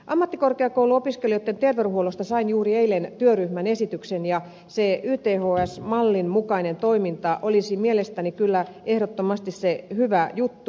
ammattikorkeakouluopiskelijoitten terveydenhuollosta sain juuri eilen työryhmän esityksen ja se yths mallin mukainen toiminta olisi mielestäni kyllä ehdottomasti se hyvä juttu